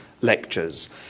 lectures